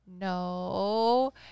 no